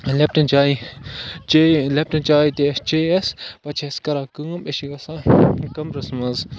لٮ۪پٹَن چاے چے لٮ۪پٹَن چاے تہِ اَسہِ چے اَسہِ پَتہٕ چھِ أسۍ کَران کٲم أسۍ چھِ گژھان کَمرَس منٛز